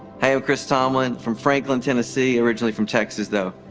hey, i'm chris tomlin from franklin, tennessee, originally from texas, though,